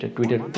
Twitter